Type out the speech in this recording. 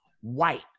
White